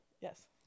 yes